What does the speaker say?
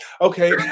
okay